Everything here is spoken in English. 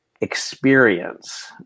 experience